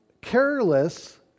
careless